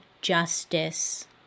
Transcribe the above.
Justice